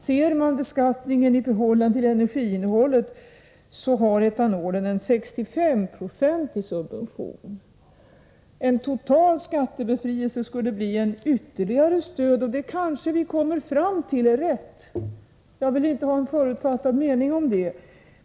Ser man beskattningen i förhållande till energiinnehållet har etanolen en 35-procentig subvention. En total skattebefrielse skulle bli ett ytterligare stöd. Detta kanske vi kommer fram till är riktigt. Jag vill inte ha en förutfattad mening om det.